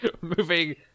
moving